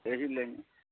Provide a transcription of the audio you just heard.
یہی لیں گے